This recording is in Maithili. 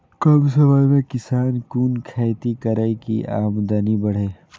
कम समय में किसान कुन खैती करै की आमदनी बढ़े?